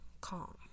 CALM